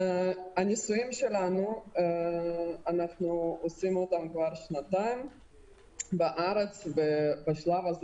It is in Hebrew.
אנחנו עושים את הניסויים שלנו כבר שנתיים בארץ ובשלב הזה